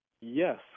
Yes